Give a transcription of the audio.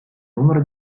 numero